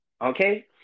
Okay